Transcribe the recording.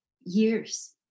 years